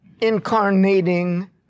incarnating